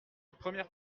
première